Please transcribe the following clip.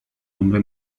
nombre